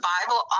Bible